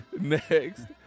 next